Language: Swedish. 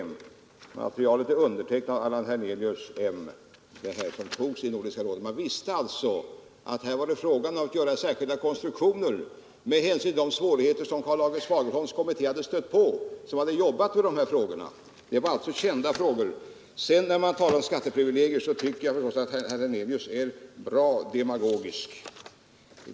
Materialet är undertecknat av Allan Hernelius och det togs i Nordiska rådet. Man visste alltså att här var det fråga om att göra särskilda konstruktioner med hänsyn till de svårigheter som Karl-August Fagerholms kommitté hade stött på när den arbetade med dessa frågor. Det var sålunda kända frågor. När man sedan talar om skatteprivilegier tycker jag att herr Hernelius är bra demagogisk.